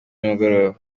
nimugoroba